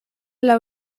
laŭ